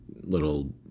little